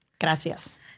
Gracias